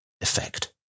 effect